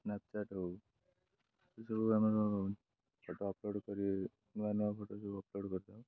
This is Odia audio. ସ୍ନାପଚାଟ୍ ହଉ ଏସବୁ ଆମର ଫଟୋ ଅପଲୋଡ଼ କରି ନୂଆ ନୂଆ ଫଟୋ ସବୁ ଅପଲୋଡ଼ କରିଥାଉ